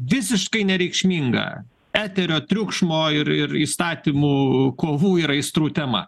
visiškai nereikšminga eterio triukšmo ir ir įstatymų kovų ir aistrų tema